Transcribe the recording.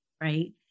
right